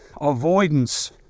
avoidance